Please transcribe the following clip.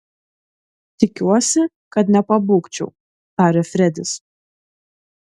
tikiuosi kad nepabūgčiau tarė fredis